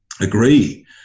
agree